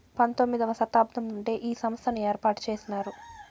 పంతొమ్మిది వ శతాబ్దం నుండే ఈ సంస్థను ఏర్పాటు చేసినారు